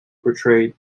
portrayed